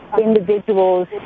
individuals